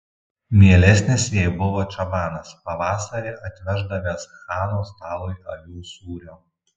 mielesnis jai buvo čabanas pavasarį atveždavęs chano stalui avių sūrio